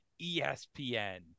ESPN